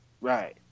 Right